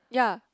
ya